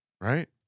right